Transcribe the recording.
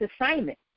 assignment